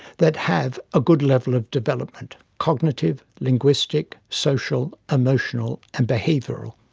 that have a good level of development cognitive, linguistic, social, emotional and behavioural.